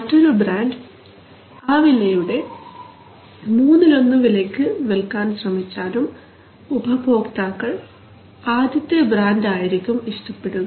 മറ്റൊരു ബ്രാൻഡ് ആ വിലയുടെ മൂന്നിലൊന്ന് വിലയ്ക്ക് വിൽക്കാൻ ശ്രമിച്ചാലും ഉപഭോക്താക്കൾ ആദ്യത്തെ ബ്രാൻഡ് ആയിരിക്കും ഇഷ്ടപ്പെടുക